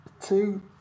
two